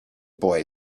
boy